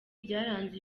byaranze